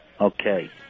Okay